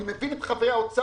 אני מבין את חברי האוצר